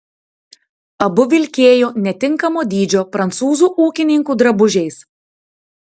abu vilkėjo netinkamo dydžio prancūzų ūkininkų drabužiais